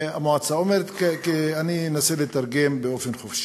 המועצה אומרת, אני אנסה לתרגם באופן חופשי: